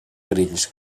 grills